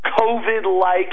COVID-like